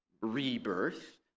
rebirth